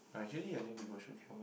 ah actually I think people should knew